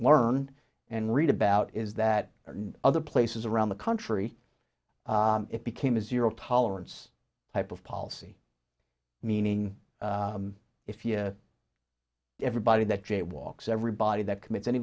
learn and read about is that in other places around the country it became a zero tolerance type of policy meaning if you everybody that jaywalks everybody that commits any